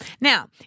Now